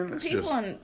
People